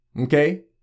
Okay